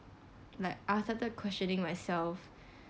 like questioning myself